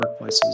workplaces